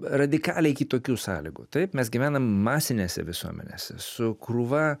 radikaliai kitokių sąlygų taip mes gyvenam masinėse visuomenėse su krūva